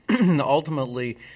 ultimately